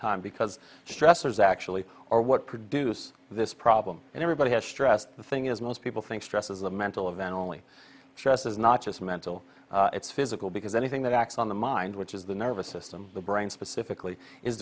time because stressors actually or what produce this problem and everybody has stressed the thing is most people think stress is a mental event only chess is not just mental it's physical because anything that acts on the mind which is the nervous system the brain specifically is